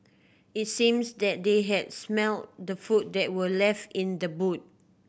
it seems that they had smelt the food that were left in the boot